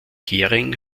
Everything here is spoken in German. gehring